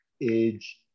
age